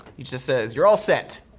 he just says, you're all set.